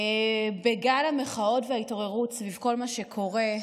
בגל המחאות וההתעוררות סביב כל מה שקורה,